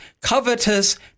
covetous